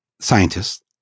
scientists